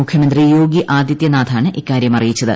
മുഖ്യമന്ത്രി യോഗി ആദിത്യനാഥാണ് ഇക്കാര്യം അറിയിച്ചത്